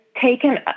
taken